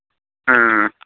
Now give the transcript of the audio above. ꯎꯝ